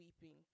weeping